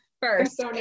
first